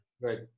right